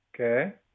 okay